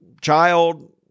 child